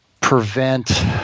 prevent